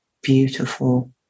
beautiful